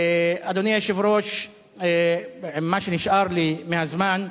אדוני היושב-ראש, עם מה שנשאר לי מהזמן,